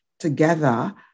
together